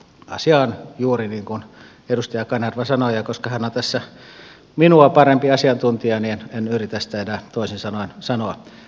asia on juuri niin kuin edustaja kanerva sanoi ja koska hän on tässä minua parempi asiantuntija niin en yritä sitä enää toisin sanoin sanoa